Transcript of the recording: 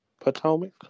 Potomac